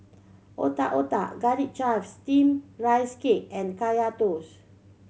Otak Otak Garlic Chives Steamed Rice Cake and Kaya Toast